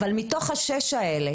מתוך אותן שש רשויות,